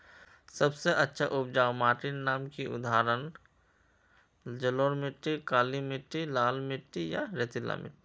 सबसे अच्छा उपजाऊ माटिर नाम की उदाहरण जलोढ़ मिट्टी, काली मिटटी, लाल मिटटी या रेतीला मिट्टी?